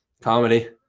Comedy